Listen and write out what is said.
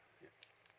yup